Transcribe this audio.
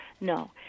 No